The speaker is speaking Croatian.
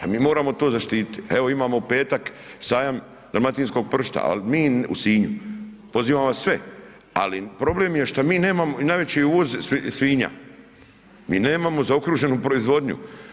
A mi moramo to zaštititi, evo imamo u petak Sajam dalmatinskog pršuta u Sinju, pozivam vas sve, ali problem je što mi nemamo i najveći uvoz svinja, mi nemamo zaokruženi proizvodnju.